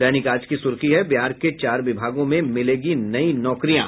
दैनिक आज की सुर्खी है बिहार के चार विभागों में मिलेंगी नयी नौकरियां